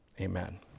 amen